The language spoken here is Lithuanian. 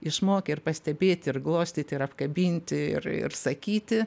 išmokę ir pastebėti ir glostyti ir apkabinti ir ir sakyti